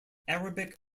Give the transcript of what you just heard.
arabic